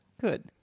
Good